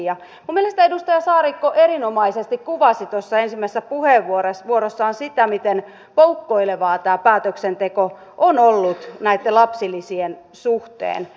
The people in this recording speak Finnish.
minun mielestäni edustaja saarikko erinomaisesti kuvasi tuossa ensimmäisessä puheenvuorossaan sitä miten poukkoilevaa tämä päätöksenteko on ollut näitten lapsilisien suhteen